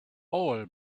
all